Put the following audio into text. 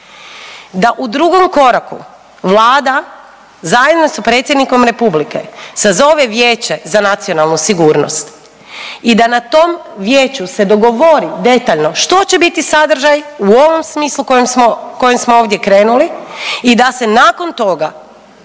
Da u drugom koraku Vlada zajedno sa Predsjednikom Republike sazove Vijeće za nacionalnu sigurnost i da na tom Vijeću se dogovori detaljno što će biti sadržaj u ovom smislu kojem smo ovdje krenuli i da se nakon toga